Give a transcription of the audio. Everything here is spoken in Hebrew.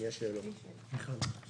אם יש שאלות אשמח לענות.